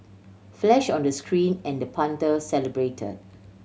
flash on the screen and the punter celebrate